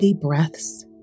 breaths